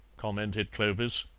commented clovis.